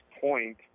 point